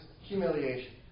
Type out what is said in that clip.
humiliation